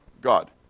god